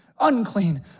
unclean